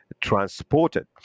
transported